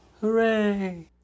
Hooray